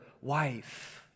wife